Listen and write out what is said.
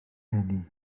eni